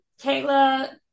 Kayla